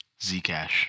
Zcash